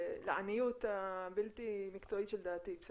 לעניות הבלתי מקצועית של דעתי.